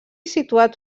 situat